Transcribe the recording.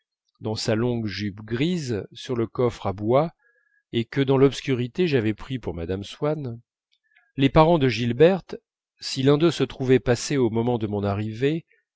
dans sa longue jupe grise sur le coffre de bois et que dans l'obscurité j'avais pris pour mme swann les parents de gilberte si l'un deux se trouvait à passer au moment de mon arrivée